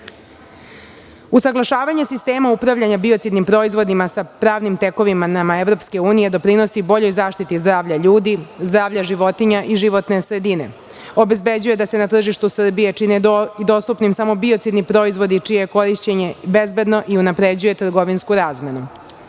proizvodima. Usaglašavanje sistema upravljanja biocidnim proizvodima sa pravnim tekovinama EU doprinosi boljoj zaštiti zdravlja ljudi, zdravlja životinja i životne sredine, obezbeđuje da nje na tržištu Srbije čine dostupnim samo biocidni proizvodi čije je korišćenje bezbedno i unapređuje trgovinsku razmenu. Novim